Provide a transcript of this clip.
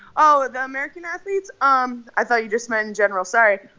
oh, the american athletes? um i thought you just meant in general. sorry.